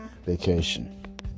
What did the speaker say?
Vacation